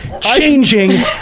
changing